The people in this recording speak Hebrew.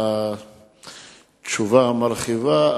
התשובה המרחיבה,